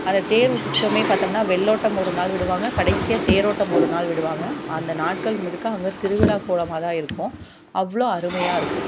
அந்த தேர் உற்சவமே பார்த்தோன்னா வெள்ளோட்டம் ஒரு நாள் விடுவாங்க கடைசியாக தேரோட்டம் ஒரு நாள் விடுவாங்க அந்த நாட்கள் முழுக்க அங்க திருவிழா கோலமாகதான் இருக்கும் அவ்வளோ அருமையாக இருக்கும்